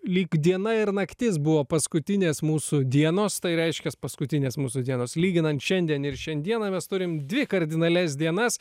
lyg diena ir naktis buvo paskutinės mūsų dienos tai reiškias paskutinės mūsų dienos lyginant šiandien ir šiandieną mes turim dvi kardinalias dienas